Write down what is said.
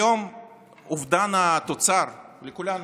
היום אובדן התוצר, לכולנו,